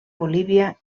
bolívia